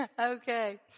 Okay